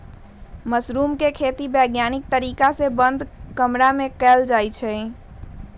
mushroom के खेती वैज्ञानिक तरीका से बंद कमरा में कएल जाई छई